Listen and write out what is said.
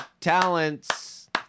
talents